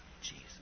Jesus